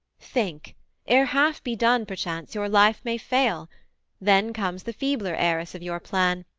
think ere half be done perchance your life may fail then comes the feebler heiress of your plan,